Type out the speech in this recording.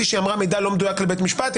שהיא אמרה מידע לא מדויק לבית משפט,